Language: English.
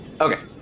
okay